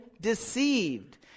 deceived